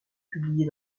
publiées